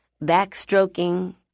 back-stroking